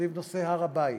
סביב נושא הר-הבית,